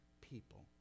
people